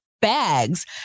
bags